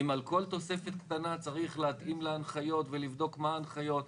אם על כל תוספת קטנה צריך להתאים להנחיות ולבדוק מה ההנחיות,